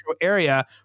area